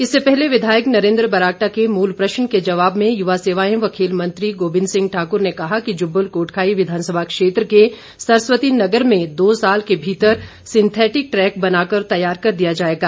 इससे पहले विघायक नरेंद्र बरागटा के मूल प्रश्न के जवाब में युवा सेवाएं एवं खेल मंत्री गोविंद सिंह ठाक्र ने कहा कि जुब्बल कोटखाई विघानसभा क्षेत्र के सरस्वती नगर में दो साल के भीतर सिन्थेटिक ट्रैक बनाकर तैयार कर दिया जाएगा